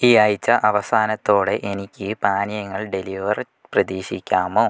ഈ ആഴ്ച അവസാനത്തോടെ എനിക്ക് പാനീയങ്ങൾ ഡെലിവർ പ്രതീക്ഷിക്കാമോ